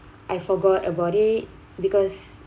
I forgot about it because